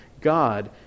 God